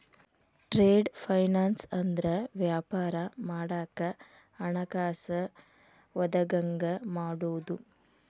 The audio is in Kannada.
ಟ್ರೇಡ್ ಫೈನಾನ್ಸ್ ಅಂದ್ರ ವ್ಯಾಪಾರ ಮಾಡಾಕ ಹಣಕಾಸ ಒದಗಂಗ ಮಾಡುದು